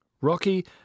Rocky